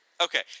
Okay